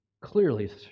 clearly